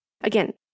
again